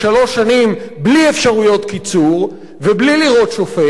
שנים בלי אפשרויות קיצור ובלי לראות שופט,